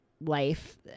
life